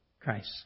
Christ